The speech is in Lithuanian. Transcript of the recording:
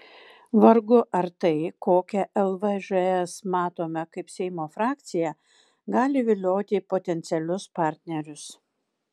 vargu ar tai kokią lvžs matome kaip seimo frakciją gali vilioti potencialius partnerius